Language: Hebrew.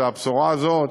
שהבשורה הזאת